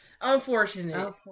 Unfortunate